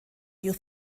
you